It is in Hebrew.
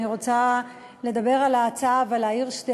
אני רוצה לדבר על ההצעה ולהעיר שתי